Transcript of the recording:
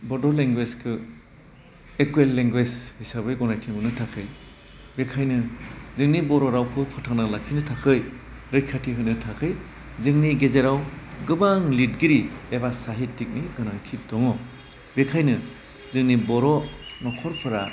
बड' लेंगुवेसखौ equal language हिसाबै गनायथि मोन्नो थाखााय बेखायनो जोंनि बर' रावखौ फोथांना लाखिनो थाखाय रैखाथि होनो थाखै जोंनि गेजेराव गोबां लिरगिरि एबा साहिटिकनि गोनांथि दङ बेखायनो जोंनि बर' नख'रफोरा